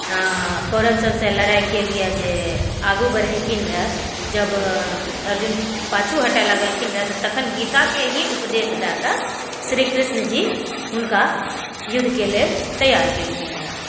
कौरव सभसँ लड़ाइके लिए जे आगू बढ़ेलखिन रहए जब अर्जुन पाछू हटय लगलखिन रहए तऽ तखन गीताके ही उपदेश दए कऽ श्रीकृष्ण जी हुनका युद्धके लेल तैआर केलखिन रहए